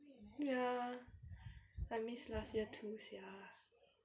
ya I miss last year too sia